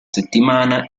settimana